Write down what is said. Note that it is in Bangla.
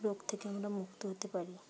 রোগ থেকে আমরা মুক্ত হতে পারি